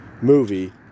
movie